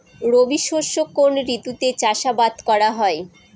রবি শস্য কোন ঋতুতে চাষাবাদ করা হয়?